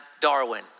Darwin